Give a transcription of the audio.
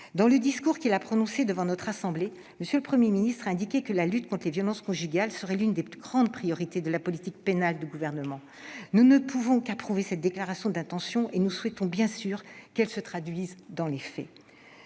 Dans le discours qu'il a prononcé devant notre Haute Assemblée, M. le Premier ministre a indiqué que la lutte contre les violences conjugales serait l'une des grandes priorités de la politique pénale du Gouvernement. Nous ne pouvons qu'approuver cette déclaration d'intention ; nous souhaitons bien entendu qu'elle se traduise dans les faits.